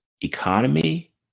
economy